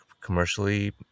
commercially